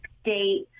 state